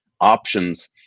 options